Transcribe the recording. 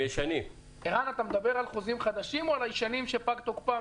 אתה מדבר על חוזים חדשים או על הישנים שפג תוקפם?